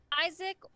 Isaac